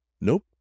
Nope